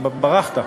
ברחת,